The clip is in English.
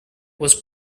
was